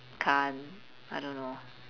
can't I don't know